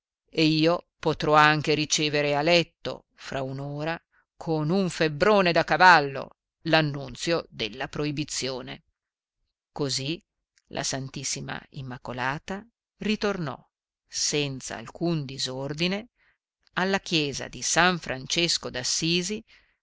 e io potrò anche ricevere a letto fra un'ora con un febbrone da cavallo l'annunzio della proibizione così la ss immacolata ritornò senz'alcun disordine alla chiesa di s francesco